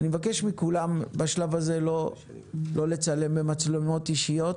אני מבקש מכולם בשלב הזה לא לצלם במצלמות אישיות.